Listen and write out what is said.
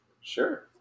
Sure